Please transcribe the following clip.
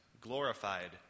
glorified